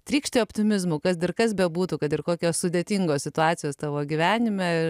trykšti optimizmu kad ir kas bebūtų kad ir kokios sudėtingos situacijos tavo gyvenime